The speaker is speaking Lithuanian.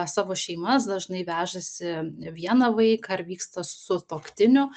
savo šeimas dažnai vežasi vieną vaiką ar vyksta su sutuoktiniu